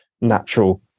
natural